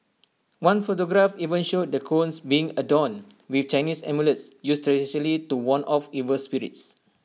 one photograph even showed the cones being adorn with Chinese amulets used traditionally to ward off evil spirits